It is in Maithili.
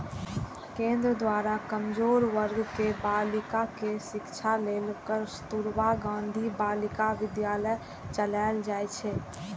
केंद्र द्वारा कमजोर वर्ग के बालिकाक शिक्षा लेल कस्तुरबा गांधी बालिका विद्यालय चलाएल जाइ छै